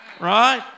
right